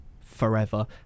forever